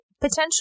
potential